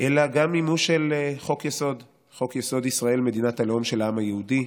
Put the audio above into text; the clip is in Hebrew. גם מימוש של חוק-יסוד: ישראל מדינת הלאום של העם היהודי,